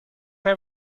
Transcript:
your